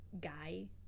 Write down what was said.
guy